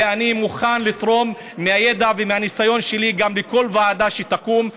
ואני מוכן לתרום מהידע ומהניסיון שלי גם בכל ועדה שתקום.